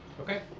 Okay